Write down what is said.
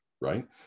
right